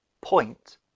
point